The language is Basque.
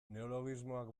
neologismoak